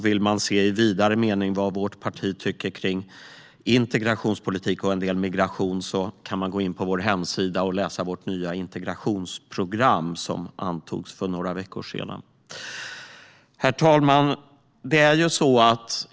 Vill man i vidare mening se vad vårt parti tycker när det gäller integration och en del migration kan man gå in på vår hemsida och läsa vårt nya integrationsprogram som antogs för några veckor sedan. Herr talman!